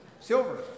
Silver